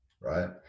Right